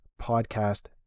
podcast